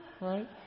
Right